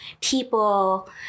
people